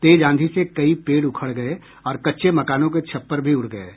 तेज आंधी से कई पेड़ उखड़ गये और कच्चे मकानों के छप्पर भी उड़ गये